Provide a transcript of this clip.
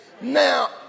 Now